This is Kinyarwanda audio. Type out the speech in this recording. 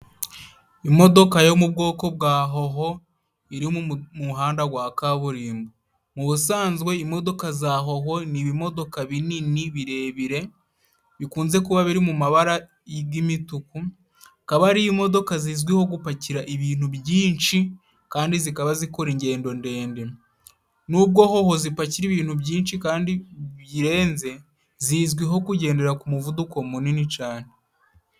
Imodoka yo mu bwoko bwa hoho iri umuhanda gwa kaburimbo. Mu busanzwe imodoka za hoho ni ibimodoka binini, birebire bikunze kuba biri mu mabara y'imituku, akaba ari imodoka zizwiho gupakira ibintu byinshi kandi zikaba zikora ingendo ndende. N'ubwo hoho zipakira ibintu byinshi kandi birenze, zizwiho kugendera ku muvuduko munini cane.